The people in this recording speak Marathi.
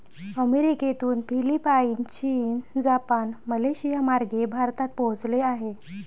अमेरिकेतून फिलिपाईन, चीन, जपान, मलेशियामार्गे भारतात पोहोचले आहे